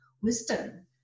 wisdom